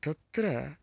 तत्र